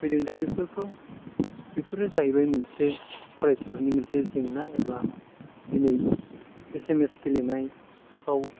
फैदों दा बेफोरखौ बेफोरनो जाहैबाय मोनसे फरायसाफोरनि मोनसे जेंना एबा दिनै एस एम एस गेलेनायफ्राव